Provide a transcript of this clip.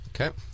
Okay